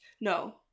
no